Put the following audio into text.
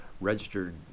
registered